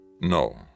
No